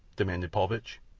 demanded paulvitch.